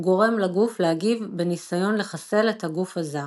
הוא גורם לגוף להגיב בניסיון לחסל את הגוף הזר.